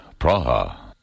Praha